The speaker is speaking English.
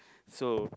so